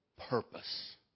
purpose